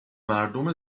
مردم